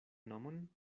nomon